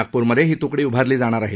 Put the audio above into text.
नागपूरमध्ये ही त्कडी उभारली जाणार आहे